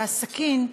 והסכין,